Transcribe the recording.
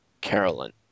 Carolyn